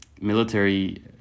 military